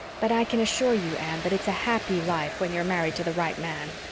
but i can assure you, anne, that it's a happy life, when you're married to the right man.